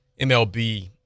MLB